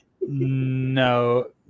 No